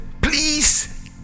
please